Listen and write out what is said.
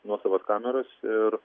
nuosavas kameras ir